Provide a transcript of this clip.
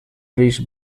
risc